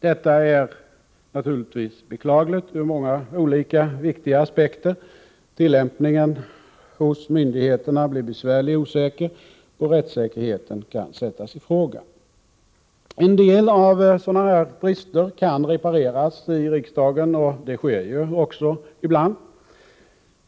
Detta är naturligtvis beklagligt ur många olika viktiga aspekter: tillämpningen hos myndigheterna blir besvärlig och osäker, och rättssäkerheten kan sättas i fråga. En del sådana här brister kan repareras i riksdagen, och så sker också ibland.